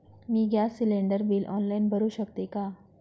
मी gas cylinder bill online भरु शकते का?